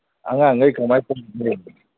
ꯑꯉꯥꯡꯒꯩ ꯀꯃꯥꯏꯅ ꯇꯧꯔꯤꯒꯦ